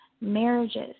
marriages